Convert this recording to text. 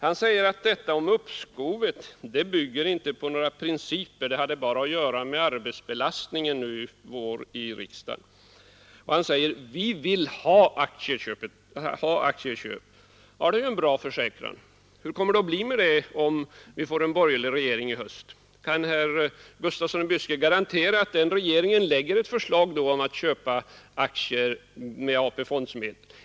Han sade att detta med uppskovet bygger inte på några principer, det har bara att göra med arbetsbelastningen i riksdagen i år. Vi vill ha aktieköp, sade han. Det var ju en bra försäkran. Men hur kommer det att bli med den saken om vi får en borgerlig regering i höst? Kan herr Gustafsson då garantera att den regeringen lägger ett förslag om att köpa aktier med AP-fondsmedel?